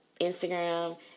instagram